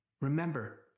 remember